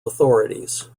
authorities